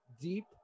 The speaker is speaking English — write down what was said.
deep